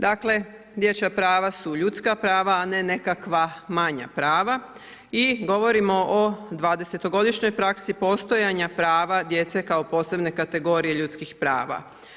Dakle, dječja prava su ljudska prava, a ne nekakva manja prava i govorimo o 20 godišnjoj praksi postojanja prava djece kao posebna kategorija ljudskih prava.